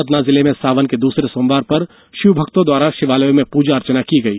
सतना जिले में सावन के दूसरे सोमवार पर शिवभक्तों द्वारा शिवालयों में पूजा अर्चना की गई